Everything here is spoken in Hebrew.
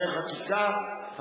אין